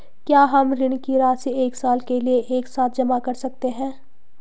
क्या हम ऋण की राशि एक साल के लिए एक साथ जमा कर सकते हैं?